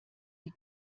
die